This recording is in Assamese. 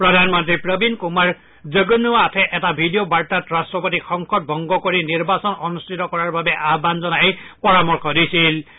প্ৰধানমন্ত্ৰী প্ৰবীন কৃমাৰ জগনুৱাথে এটা ভিডিঅ' বাৰ্তাত ৰাট্টপতিক সংসদ ভংগ কৰি নিৰ্বাচন অনুষ্ঠিত কৰাৰ বাবে আহান জনাই পৰামৰ্শ আগবঢ়াইছে